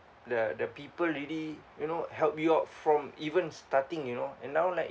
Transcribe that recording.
the the people really you know help you out from even starting you know and now like